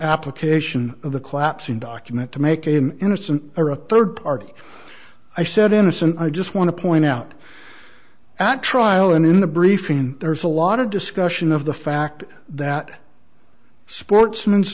application of the collapsing document to make him innocent or a third party i said innocent i just want to point out at trial and in a briefing there's a lot of discussion of the fact that sportsm